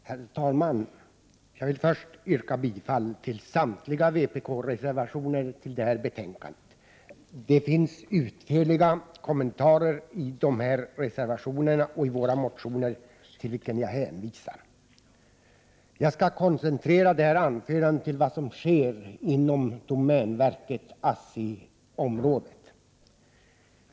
Herr talman! Jag vill först yrka bifall till samtliga vpk-reservationer som är fogade till detta betänkande. Jag hänvisar till de utförliga kommentarerna i våra reservationer och motioner. Jag skall koncentrera detta anförandet till vad som sker inom domänverket och ASSI.